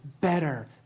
better